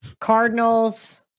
Cardinals